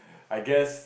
I guess